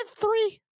three